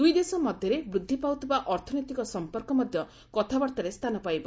ଦୁଇ ଦେଶ ମଧ୍ୟରେ ବୃଦ୍ଧି ପାଉଥିବା ଅର୍ଥନୈତିକ ସମ୍ପର୍କ ମଧ୍ୟ କଥାବାର୍ତ୍ତାରେ ସ୍ଥାନ ପାଇବ